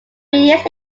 years